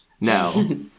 no